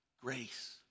grace